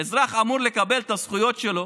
האזרח אמור לקבל את הזכויות שלו